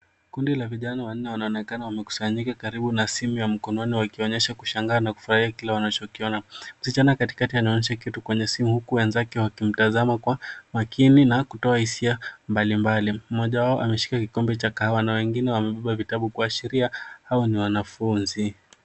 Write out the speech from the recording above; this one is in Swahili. Kundi la vijana wanne wanaonekana wamekusanyika karibu na simu ya mkononi wakionyesha kushangaa na kufurahia kwa kile wanachokiona. Msichana katikati anaonyesha kitu kwenye simu huku wenzake wakimtazama kwa makini na kutoa hisia mbalimbali. Mmoja wao ameshika kikombe cha kahawa na wengine wamebeba vitabu kuashiria hawa ni wanafunzi.